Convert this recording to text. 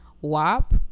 WAP